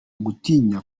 gutinya